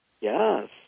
Yes